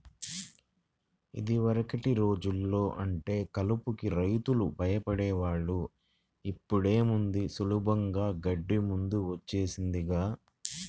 యిదివరకటి రోజుల్లో అంటే కలుపుకి రైతులు భయపడే వాళ్ళు, ఇప్పుడేముంది సులభంగా గడ్డి మందు వచ్చేసిందిగా